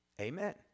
Amen